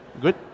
Good